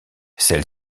celle